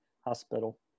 Hospital